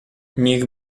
niech